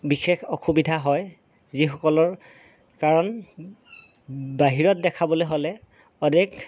বিশেষ অসুবিধা হয় যিসকলৰ কাৰণ বাহিৰত দেখাবলৈ হ'লে অনেক